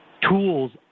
tools